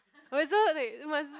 wait so wait it must